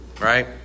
right